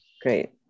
Great